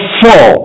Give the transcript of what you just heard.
four